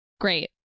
Great